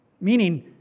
Meaning